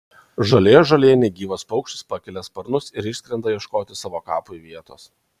žalioje žolėje negyvas paukštis pakelia sparnus ir išskrenda ieškoti savo kapui vietos